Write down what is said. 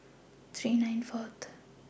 three nine Fourth